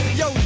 yo